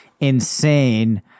insane